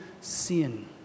sin